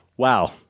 Wow